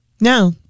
No